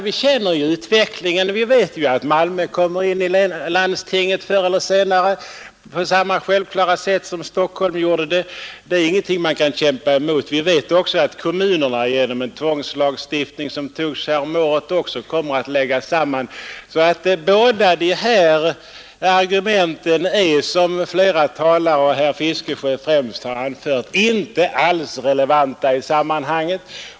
Vi känner utvecklingen. Vi vet att Malmö kommer in i landstinget förr eller senare på samma självklara sätt som Stockholm gjort det. Det är inte något man kan kämpa emot. Vi vet också att kommunerna genom en tvångslagstiftning som antogs häromåret också kommer att läggas samman. Dessa argument är dessutom som flera talare och främst herr Fiskesjö anfört inte alls relevanta i sammanhanget.